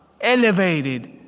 elevated